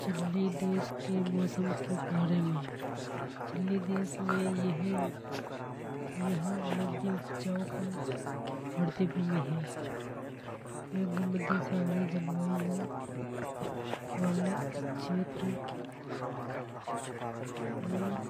चिल्ली देश के मौसम के बारे में चिल्ली देश में यह यहां मध्य उपजाऊपन भूमि है। यह भूमि जलवायु वाले इस क्षेत्र में